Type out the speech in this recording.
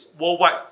worldwide